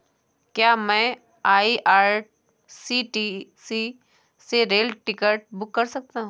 क्या मैं आई.आर.सी.टी.सी से रेल टिकट बुक कर सकता हूँ?